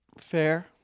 Fair